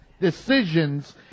decisions